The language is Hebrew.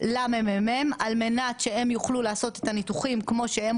למ.מ.מ על מנת שהם יוכלו לעשות את הניתוחים כמו שהם